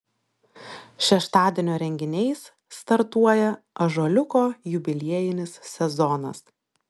šeštadienio renginiais startuoja ąžuoliuko jubiliejinis sezonas